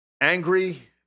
angry